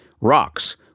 rocks